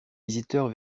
visiteurs